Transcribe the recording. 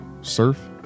surf